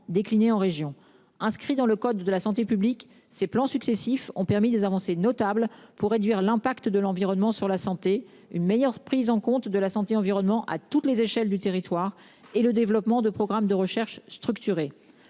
déclinée en région, inscrit dans le code de la santé publique, ces plans successifs ont permis des avancées notables pour réduire l'impact de l'environnement sur la santé, une meilleure prise en compte de la santé environnement à toutes les échelles du territoire et le développement de programmes de recherche structuré